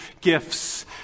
gifts